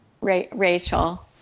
Rachel